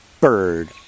bird